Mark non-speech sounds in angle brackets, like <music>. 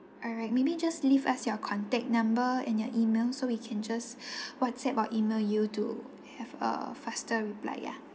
all right maybe just leave us your contact number and your E-mail so we can just <breath> WhatsApp or E-mail you to have a faster reply ya